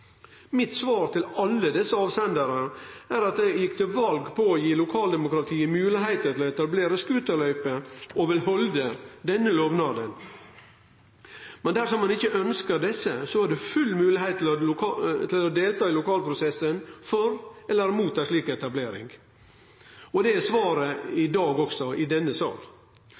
Mitt svar til alle desse avsendarane er at eg gjekk til val på å gi lokaldemokratiet moglegheit til å etablere scooterløyper, og eg vil halde denne lovnaden. Men dersom ein ikkje ønskjer slike løyper, er det fullt mogleg å delta i lokalprosessen for eller mot ei slik etablering. Og det er svaret i dag også i denne